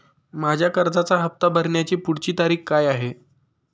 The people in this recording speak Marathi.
माझ्या कर्जाचा हफ्ता भरण्याची पुढची तारीख काय आहे?